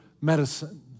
medicine